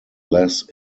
less